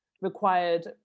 required